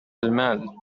المال